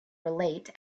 relate